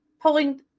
pulling